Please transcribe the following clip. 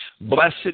Blessed